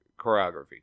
choreography